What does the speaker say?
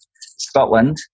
Scotland